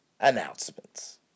announcements